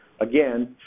again